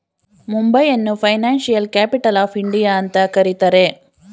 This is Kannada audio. ಮುಂಬೈಯನ್ನು ಫೈನಾನ್ಸಿಯಲ್ ಕ್ಯಾಪಿಟಲ್ ಆಫ್ ಇಂಡಿಯಾ ಅಂತ ಕರಿತರೆ